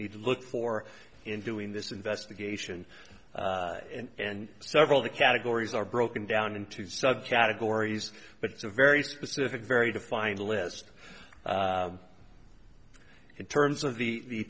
need to look for in doing this investigation and several the categories are broken down into subcategories but it's a very specific very defined list in terms of the